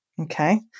Okay